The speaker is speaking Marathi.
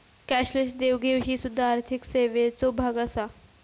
कॅशलेस देवघेव ही सुध्दा आर्थिक सेवेचो भाग आसा